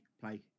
play